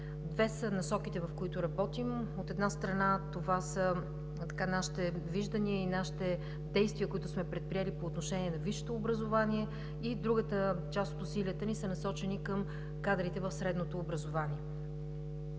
Две са насоките, в които работим – от една страна, това са нашите виждания и нашите действия, които сме предприели по отношение на висшето образование. И другата, част от усилията ни са насочени към кадрите в средното образование.